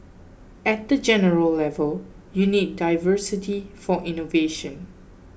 at the general level you need diversity for innovation